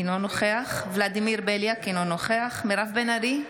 אינו נוכח ולדימיר בליאק - אינו נוכח מירב בן ארי,